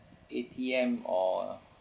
A_T_M or